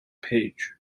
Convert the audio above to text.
page